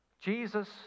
Jesus